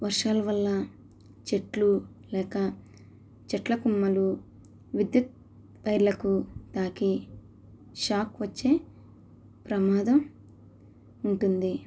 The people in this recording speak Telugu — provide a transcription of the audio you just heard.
వర్షాల వల్ల చెట్లు లేక చెట్ల కొమ్మలు విద్యుత్ వైర్లకు తాకి షాక్ వచ్చే ప్రమాదం ఉంటుంది